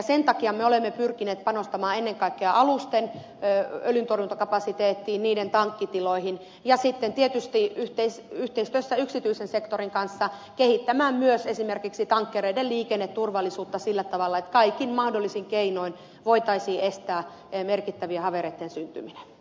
sen takia me olemme pyrkineet panostamaan ennen kaikkea alusten öljyntorjuntakapasiteettiin niiden tankkitiloihin ja sitten tietysti yhteistyössä yksityisen sektorin kanssa olemme pyrkineet kehittämään myös esimerkiksi tankkereiden liikenneturvallisuutta sillä tavalla että kaikin mahdollisin keinoin voitaisiin estää merkittävien havereitten syntyminen